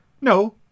no